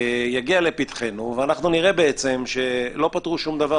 יגיע אל פתחנו ואנחנו נראה בעצם שלא פתרו שום דבר,